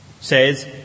says